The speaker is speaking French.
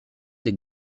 des